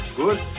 good